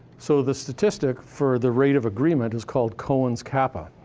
so the statistic for the rate of agreement is called cohen's kappa.